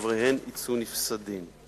והנמנים עמן יצאו נפסדים.